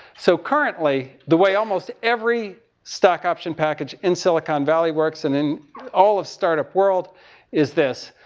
so currently the way almost every stock option package in silicon valley works and in all of startup world is this.